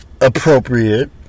Appropriate